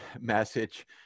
message